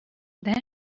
then